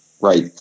Right